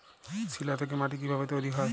শিলা থেকে মাটি কিভাবে তৈরী হয়?